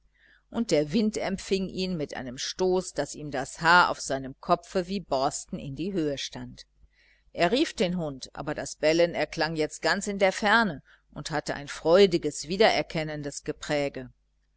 und der wind empfing ihn mit einem stoß daß ihm das haar auf seinem kopfe wie borsten in die höhe stand er rief den hund aber das bellen erklang jetzt ganz in der ferne und hatte ein freudiges wiedererkennendes gepräge